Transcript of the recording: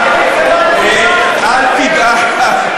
אל תדאג.